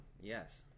yes